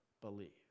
believe